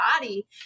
body